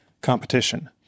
competition